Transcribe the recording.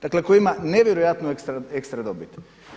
Dakle koji ima nevjerojatnu ekstradobit.